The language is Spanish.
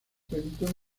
cuento